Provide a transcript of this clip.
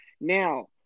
Now